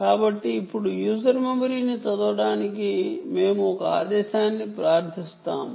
కాబట్టి ఇప్పుడు యూజర్ మెమరీని చదవడానికి మేము ఒక కమాండ్ ను వాడుతున్నాము